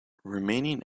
remaining